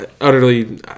utterly